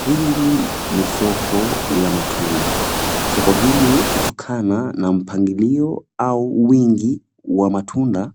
Hili ni soko la matunda. Soko hili kutokana na mpangilio au wingi wa matunda,